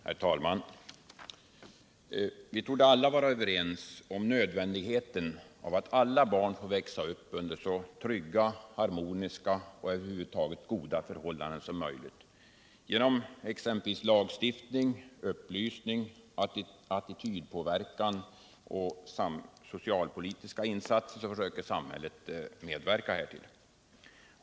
Herr talman! Vi torde alla vara överens om nödvändigheten av att alla barn får växa upp under så trygga, harmoniska och goda förhållanden som möjligt. Genom exempelvis lagstiftning, upplysning attitydpåverkan samt genom socialpolitiska insatser försöker samhället medverka härtill.